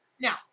Now